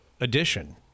edition